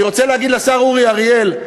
אני רוצה להגיד לשר אורי אריאל: